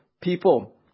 people